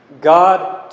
God